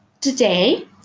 today